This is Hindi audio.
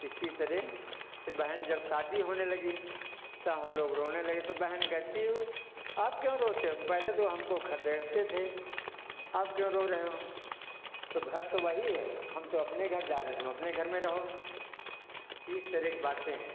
इसी तरह फिर बहन जब शादी होने लगी तो हम लोग रोने लगे तो बहन कहती आप क्यों रोते हो पहले तो हमको खदेड़ते थे अब क्यों रो रहे हो तो घर तो वही है हम तो अपने घर जा रहे हैं तुम अपने घर में रहो इस तरह की बातें हैं